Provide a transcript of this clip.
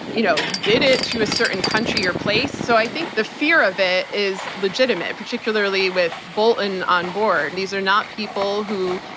you know, did it to a certain country or place. so i think the fear of it is legitimate, particularly with bolton on board. these are not people who,